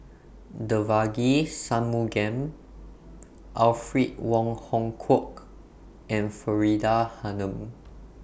Devagi Sanmugam Alfred Wong Hong Kwok and Faridah Hanum